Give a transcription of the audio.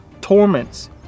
torments